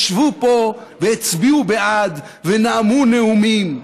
ישבו פה, הצביעו בעד ונאמו נאומים.